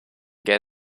get